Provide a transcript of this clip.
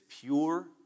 pure